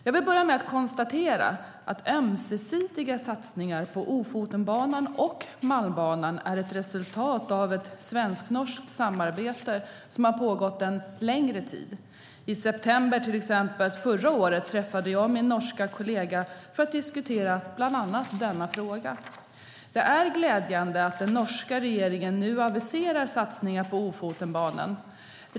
Jag vill börja med att konstatera att ömsesidiga satsningar på Ofotenbanan och Malmbanan är ett resultat av ett svensk-norskt samarbete som har pågått en längre tid. I september förra året träffade jag min norska kollega för att diskutera bland annat denna fråga. Det är glädjande att den norska regeringen nu aviserar satsningar på Ofotenbanan.